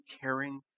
caring